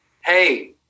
hey